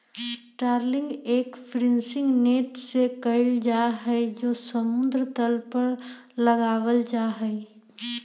trawling एक fishing net से कइल जाहई जो समुद्र तल पर लगावल जाहई